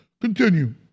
Continue